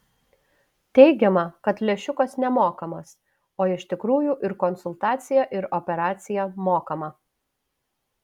teigiama kad lęšiukas nemokamas o iš tikrųjų ir konsultacija ir operacija mokama